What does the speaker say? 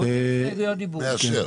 מאשר.